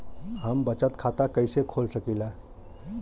हम बचत खाता कईसे खोल सकिला?